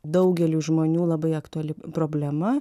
daugeliui žmonių labai aktuali problema